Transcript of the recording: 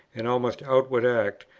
an almost outward act,